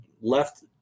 left